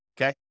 okay